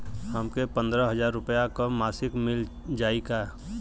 हमके पन्द्रह हजार रूपया क मासिक मिल जाई का?